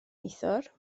neithiwr